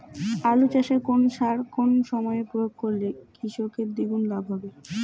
আলু চাষে কোন সার কোন সময়ে প্রয়োগ করলে কৃষকের দ্বিগুণ লাভ হবে?